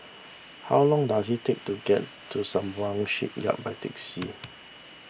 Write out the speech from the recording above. how long does it take to get to Sembawang Shipyard by taxi